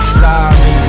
sorry